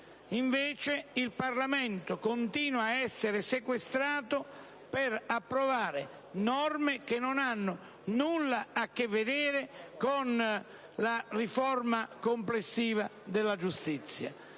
Invece, il Parlamento continua ad essere sequestrato per approvare norme che nulla hanno a che vedere con la riforma complessiva della giustizia.